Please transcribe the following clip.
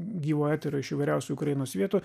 gyvo eterio iš įvairiausių ukrainos vietų